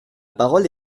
parole